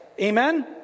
Amen